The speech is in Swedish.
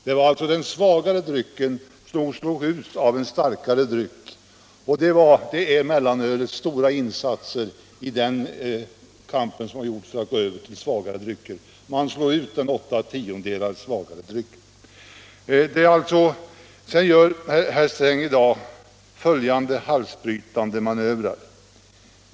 Det var alltså en svagare dryck som slogs ut av en starkare dryck. Det är mellanölets stora insatser i kampen för en övergång till svagare drycker; mellanölet slog ut den åtta tiondels procent svagare drycken. Sedan gör herr Sträng i dag följande halsbrytande manövrar.